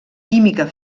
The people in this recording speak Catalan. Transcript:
química